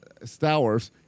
Stowers